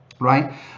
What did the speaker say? right